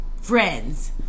friends